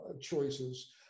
choices